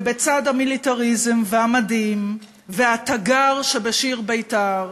ובצד המיליטריזם והמדים וה"תגר" שבשיר בית"ר,